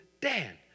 Dan